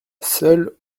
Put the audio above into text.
seule